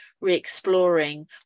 re-exploring